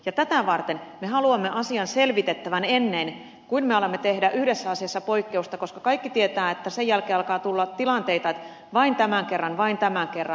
tätä varten me haluamme asian selvitettävän ennen kuin me alamme tehdä yhdessä asiassa poikkeusta koska kaikki tietävät että sen jälkeen alkaa tulla tilanteita että vain tämän kerran vain tämän kerran